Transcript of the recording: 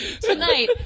tonight